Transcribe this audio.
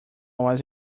was